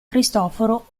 cristoforo